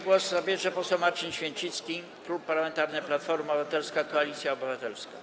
Głos zabierze poseł Marcin Święcicki, Klub Parlamentarny Platforma Obywatelska - Koalicja Obywatelska.